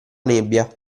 nebbia